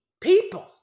people